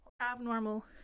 abnormal